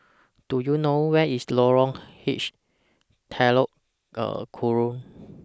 Do YOU know Where IS Lorong H Telok Kurau